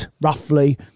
roughly